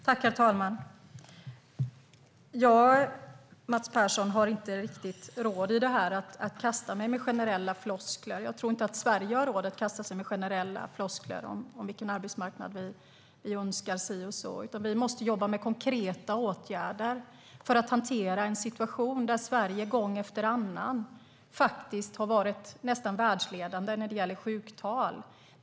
Herr talman! Mats Persson har inte råd att kasta sig med generella floskler. Jag tror inte att Sverige har råd att kasta sig med generella floskler om vilken arbetsmarknad som vi önskar. Vi måste jobba med konkreta åtgärder för att hantera en situation där Sverige gång efter annan har varit nästan världsledande när det gäller sjuktal.